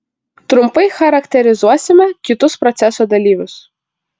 trumpai charakterizuosime kitus proceso dalyvius